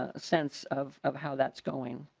ah sense of of how that's going.